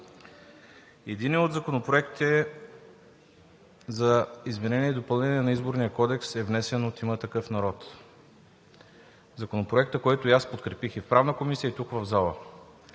единият от законопроектите за изменение и допълнение на Изборния кодекс е внесен от „Има такъв народ“ – законопроектът, който и аз подкрепих и в Правна комисия, и тук в залата.